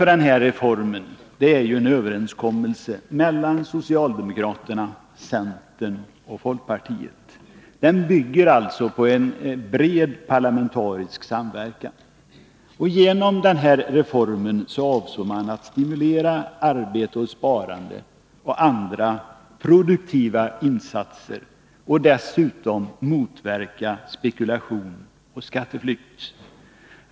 Grunden för reformen är en överenskommelse mellan socialdemokraterna, centern och folkpartiet. Den bygger alltså på en bred parlamentarisk samverkan. Genom reformen avser man att stimulera arbete och sparande och andra produktiva insatser och dessutom att motverka spekulation och skatteflykt.